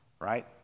right